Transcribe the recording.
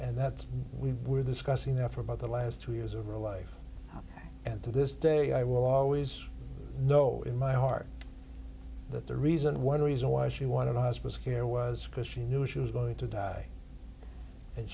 and that's we were discussing that for the last two years of real life and to this day i will always know in my heart that the reason one reason why she wanted hospice care was because she knew she was going to die and